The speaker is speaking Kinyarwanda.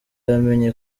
yamenye